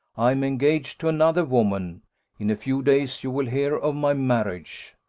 i am engaged to another woman in a few days you will hear of my marriage.